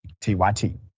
TYT